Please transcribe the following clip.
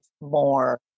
more